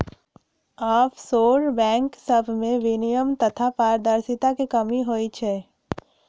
offshore bank सभमें विनियमन तथा पारदर्शिता के कमी होइ छइ